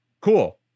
cool